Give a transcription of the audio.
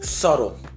Subtle